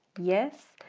yes,